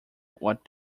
what